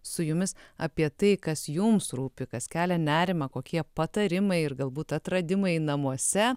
su jumis apie tai kas jums rūpi kas kelia nerimą kokie patarimai ir galbūt atradimai namuose